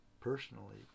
personally